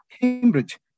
cambridge